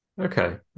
Okay